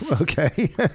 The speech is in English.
Okay